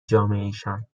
جامعهشان